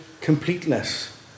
completeness